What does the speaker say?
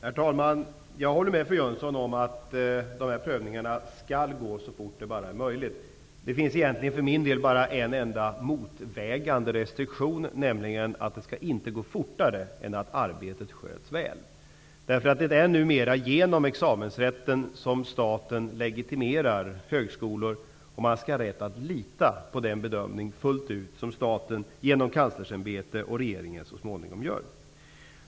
Herr talman! Jag håller med fru Jönsson om att prövningen skall gå så fort det bara är möjligt. Det finns för min del egentligen bara en enda motvägande restriktion, nämligen att det inte skall gå fortare än att arbetet sköts väl. Det är numera genom examensrätten som staten legitimerar högskolor. Man skall ha rätt att fullt ut lita på den bedömning som staten så småningom gör genom Herr talman!